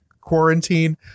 quarantine